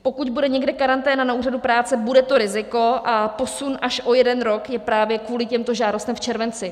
Pokud bude někde karanténa na úřadu práce, bude to riziko, a posun až o jeden rok je právě kvůli těmto žádostem v červenci.